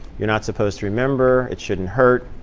you're not supposed to remember. it shouldn't hurt.